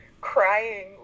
crying